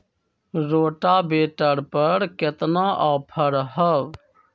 Rotavator पर केतना offer हव?